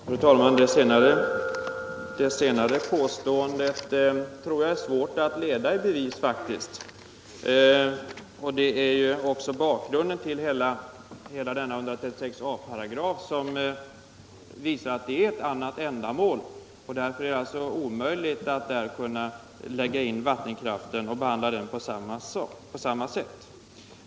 Fru talman! Det sista påståendet tror jag faktiskt är svårt att leda i bevis. Bakgrunden till hela 136 a § visar att den har ett annat ändamål. Det är alltså omöjligt att under den paragrafen lägga in vattenkraften och behandla denna på samma sätt.